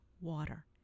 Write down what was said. water